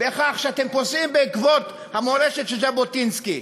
בכך שאתם פוסעים בעקבות המורשת של ז'בוטינסקי,